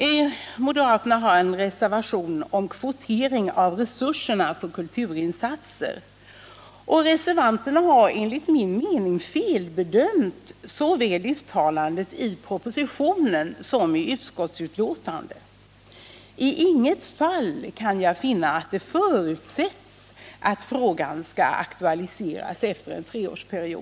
I reservationen 2 begär moderaterna ett uttalande mot en kvotering av resurserna för kulturinsatser för barn. Man har enligt min mening i reservationen felbedömt uttalandena i såväl propositionen som utskottsbetänkandet. Jag kan inte finna att det i vare sig propositionen eller betänkandet förutsätts att frågan skall aktualiseras efter en treårsperiod.